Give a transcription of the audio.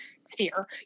sphere